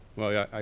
well yeah,